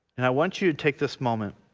and i want you to take this moment